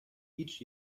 each